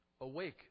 Awake